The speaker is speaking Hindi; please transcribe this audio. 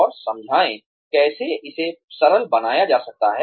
और समझाएं कैसे इसे सरल बनाया जा सकता है